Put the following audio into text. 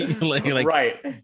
right